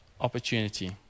opportunity